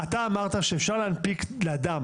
שלושה שבועות היה אולי כשלא היה ביומטרי.